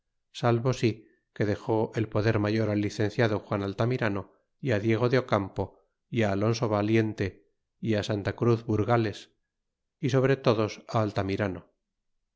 salvo sí que dexa el poder mayor al licenciado juan altamirano y a diego de ocarnpo y alonso valiente y santa cruz burgales y sobre todos á altamirano